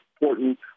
important